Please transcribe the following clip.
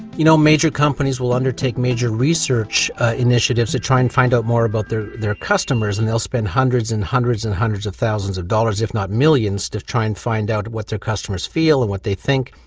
you know, major companies will undertake major research initiatives to try and find out more about their their customers and they'll spend hundreds and hundreds and hundreds of thousands of dollars, if not millions, to try and find out what their customers feel and what they think.